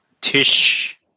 Tish